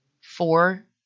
four